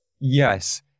yes